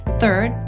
Third